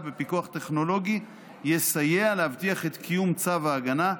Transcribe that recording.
בפיקוח טכנולוגי תסייע להבטיח את קיום צו ההגנה,